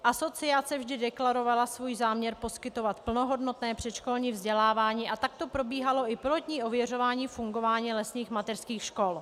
Asociace vždy deklarovala svůj zájem poskytovat plnohodnotné předškolní vzdělávání a takto probíhalo i pilotní ověřování fungování lesních mateřských škol.